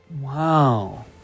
Wow